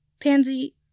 Pansy